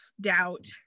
doubt